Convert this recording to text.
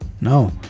No